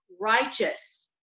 righteous